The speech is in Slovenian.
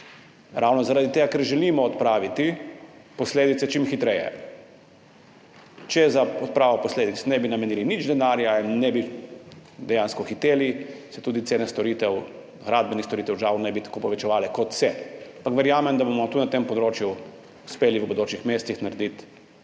ravno zaradi tega, ker želimo čim hitreje odpraviti posledice. Če za odpravo posledic ne bi namenili nič denarja in ne bi dejansko hiteli, se tudi cene gradbenih storitev žal ne bi tako povečevale, kot se, ampak verjamem, da bomo tudi na tem področju uspeli v bodočih mesecih narediti